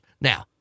Now